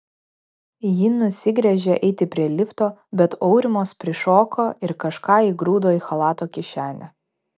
ji nusigręžė eiti prie lifto bet aurimas prišoko ir kažką įgrūdo į chalato kišenę